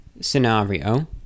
scenario